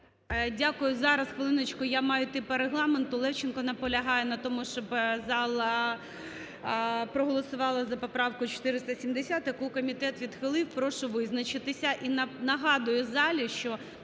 Дякую. Зараз, хвилиночку, я маю йти по Регламенту. Левченко наполягає на тому, щоб зала проголосувала за поправку 470, яку комітет відхилив. Прошу визначитися. І нагадаю, що залі, що